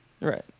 Right